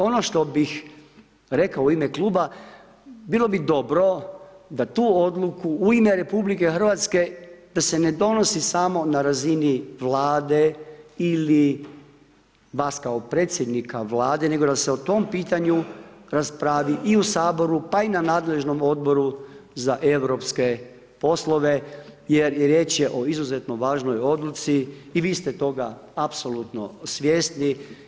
Ono što bih rekao u ime kluba bilo bi dobro da tu odluku u ime RH da se ne donosi samo na razini Vlade ili vas kao predsjednika Vlade nego da se o tom pitanju raspravi i u Saboru pa i na nadležnom Odboru za europske poslove jer je riječ o izuzetno važnoj odluci i vi ste toga apsolutno svjesni.